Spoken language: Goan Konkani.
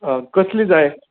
कसली जाय